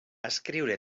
escriure